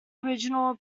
original